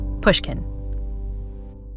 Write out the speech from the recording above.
pushkin